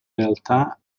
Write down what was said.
realtà